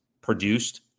produced